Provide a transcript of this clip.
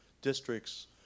districts